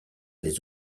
les